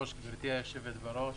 סגן שר הפנים יואב בן צור: